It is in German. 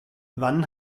wann